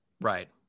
Right